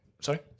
Sorry